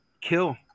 kill